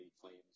claims